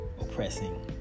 oppressing